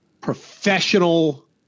professional